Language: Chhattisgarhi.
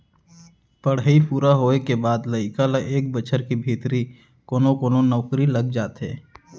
पड़हई पूरा होए के बाद लइका ल एक बछर के भीतरी कोनो कोनो नउकरी लग जाथे